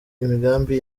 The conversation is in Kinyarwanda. imigambi